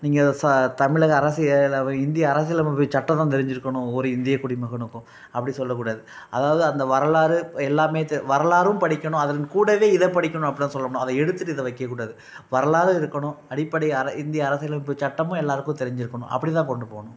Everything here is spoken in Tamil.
நீங்கள் ச தமிழக அரசிய இந்திய அரிசியலமைப்பு சட்டம் தான் தெரிஞ்சிருக்கணும் ஒவ்வொரு இந்திய குடிமகனுக்கும் அப்படி சொல்லக்கூடாது அதாவது அந்த வரலாறு எல்லாமே தெ வரலாறும் படிக்கணும் அதன் கூடவே இதை படிக்கணும் அப்படி தான் சொல்லணும் அதை எடுத்துட்டு இதை வைக்கக்கூடாது வரலாறும் இருக்கணும் அடிப்படை அர இந்திய அரசியலமைப்பு சட்டமும் எல்லாருக்கும் தெரிஞ்சிருக்கணும் அப்படி தான் கொண்டு போகணும்